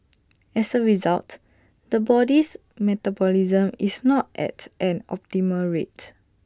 as A result the body's metabolism is not at an optimal rate